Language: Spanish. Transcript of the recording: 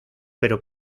pero